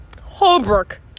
holbrook